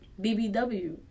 BBW